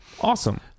Awesome